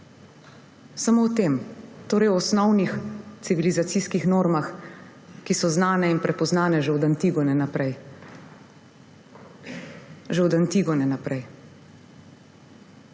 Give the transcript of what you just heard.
Samo o tem. Torej o osnovnih civilizacijskih normah, ki so znane in prepoznane že od Antigone naprej. Že od Antigone naprej.